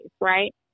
right